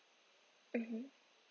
mmhmm